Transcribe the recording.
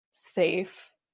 safe